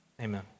amen